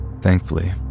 Thankfully